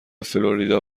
فلوریدا